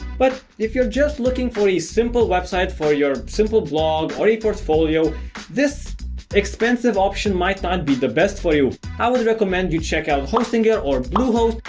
but if you're just looking for a simple website for your simple blog or a portfolio this expensive option might not be the best for you i would recommend you check out hostinger or bluehost.